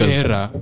era